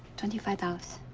twenty five dollars.